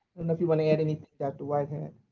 and if you want to add, anything, dr. whitehead